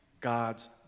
God's